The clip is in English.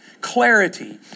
Clarity